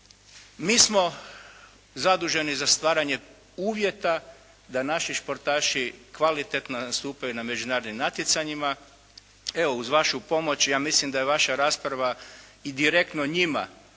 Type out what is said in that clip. Mi smo zaduženi za stvaranje uvjeta da naši športaši kvalitetno nastupaju na međunarodnim natjecanjima, evo uz vašu pomoć, ja mislim da je vaša rasprava i direktno njima najjasniji